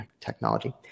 technology